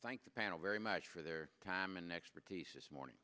thank the panel very much for their time and expertise this morning